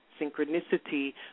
synchronicity